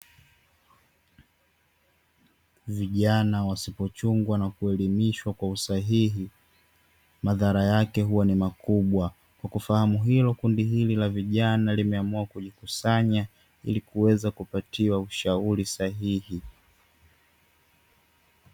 Vijana wasipochungwa na kuelimishwa kwa usahihi, madhara yake huwa ni makubwa. Kwa kufahamu hilo, kundi hili la vijana limeamua kujikusanya ili kuweza kupatiwa ushauri sahihi.